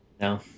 No